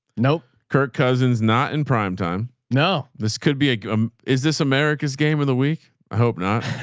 nope. kirk cousins. not in prime time. no, this could be, um is this america's game of the week? i hope not.